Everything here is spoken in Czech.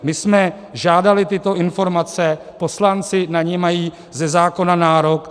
My jsme žádali tyto informace, poslanci na ně mají ze zákona nárok.